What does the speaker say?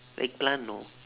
eggplant no